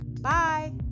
Bye